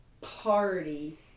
party